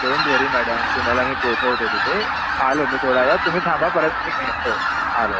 don't worry madam तुम्हाला मी पोचवतो तिथे आलो मी थोडा वेळात तुम्ही थांबा परत हो आलो